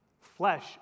flesh